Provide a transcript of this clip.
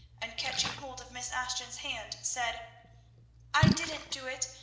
and catching hold of miss ashton's hand said i didn't do it,